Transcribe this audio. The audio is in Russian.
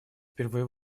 впервые